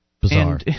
Bizarre